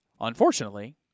Unfortunately